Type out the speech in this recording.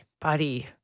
Buddy